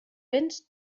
vents